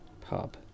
Pub